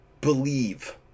believe